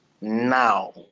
now